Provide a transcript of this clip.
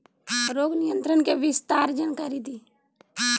रोग नियंत्रण के विस्तार जानकारी दी?